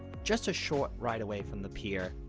jjust a short ride away from the pier,